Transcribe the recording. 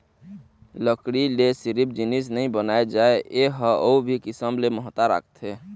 लकड़ी ले सिरिफ जिनिस नइ बनाए जाए ए ह अउ भी किसम ले महत्ता राखथे